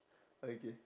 okay